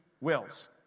wills